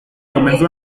comenzó